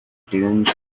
dunes